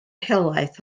helaeth